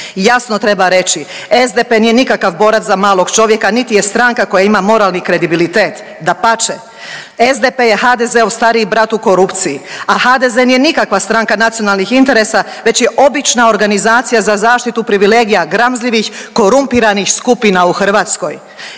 Jasno treba reći SDP nije nikakav borac niti je stranka koja ima moralni kredibilitet, dapače, SDP je HDZ-ov stariji brat u korupciji, a HDZ nije nikakva stranka nacionalnih interesa već je obična organizacija za zaštitu privilegija gramzljivih, korumpiranih skupina u Hrvatskoj.